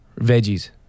veggies